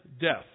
death